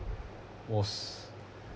most